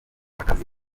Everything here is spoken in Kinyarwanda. akazi